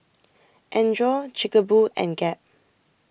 Andre Chic Boo and Gap